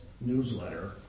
newsletter